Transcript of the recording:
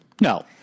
No